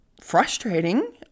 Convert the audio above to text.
frustrating